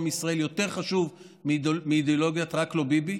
ישראל יותר חשובים מאידיאולוגית "רק לא ביבי".